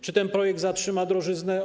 Czy ten projekt zatrzyma drożyznę?